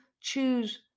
choose